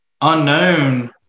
unknown